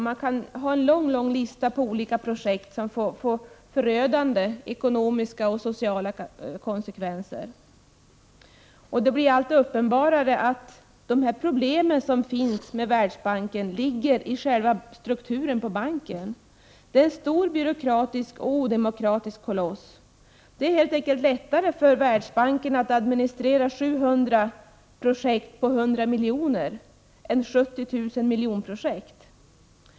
Man kan göra en lång lista över olika projekt som får förödande ekonomiska och sociala konsekvenser. Det blir allt uppenbarare att problemen ligger i Världsbankens struktur. Banken är en stor byråkratisk och odemokratisk koloss. Det är helt enkelt lättare för Världsbanken att administrera 700 projekt på 100 miljoner än 70 000 miljonprojekt.